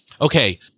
okay